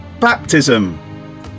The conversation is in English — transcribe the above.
Baptism